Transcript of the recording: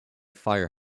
fire